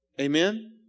Amen